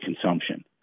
consumption